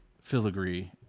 filigree